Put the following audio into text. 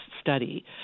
study